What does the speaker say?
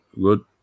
good